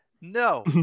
No